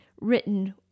written